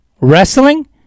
wrestling